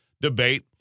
debate